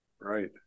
Right